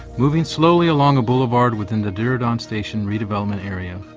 moving slowly along a boulevard within the diridon station redevelopment area,